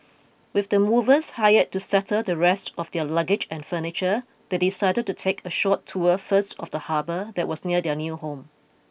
with the movers hired to settle the rest of their luggage and furniture they decided to take a short tour first of the harbour that was near their new home